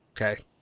Okay